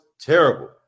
terrible